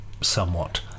somewhat